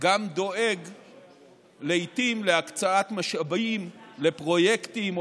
גם דואגים לעיתים להקצאת משאבים לפרויקטים,